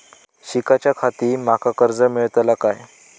शिकाच्याखाती माका कर्ज मेलतळा काय?